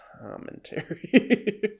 commentary